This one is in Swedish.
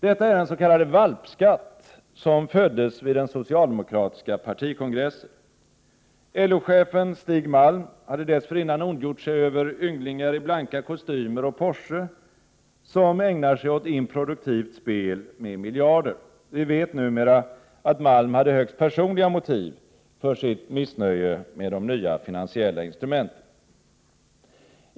Detta är den s.k. valpskatt som föddes vid den socialdemokratiska partikongressen. LO-chefen Stig Malm hade dessförinnan ondgjort sig över ynglingar i blanka kostymer och Porsche, som ägnar sig åt improduktivt spel med miljarder. Vi vet numera att Malm hade högst personliga motiv för sitt missnöje med de nya finansiella instrumenten.